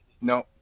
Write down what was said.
no